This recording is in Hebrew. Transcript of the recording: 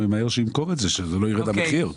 שלא ירד המחיר.